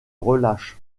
relâche